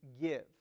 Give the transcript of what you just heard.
give